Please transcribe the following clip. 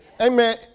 Amen